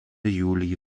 juli